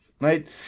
right